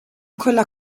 quella